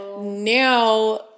now